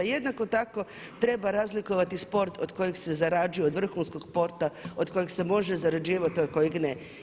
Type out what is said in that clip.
Jednako tako treba razlikovati sport od kojeg se zarađuje od vrhunskog sporta od kojeg se može zarađivati, a od kojeg ne.